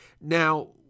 Now